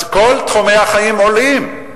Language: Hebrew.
בכל תחומי החיים מעלים.